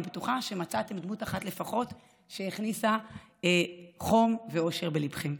אני בטוחה שמצאתם דמות אחת לפחות שהכניסה חום ואושר בליבכם.